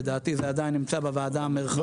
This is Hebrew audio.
לדעתי זה עדיין נמצא בוועדה המרחבית.